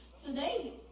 Today